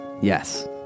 yes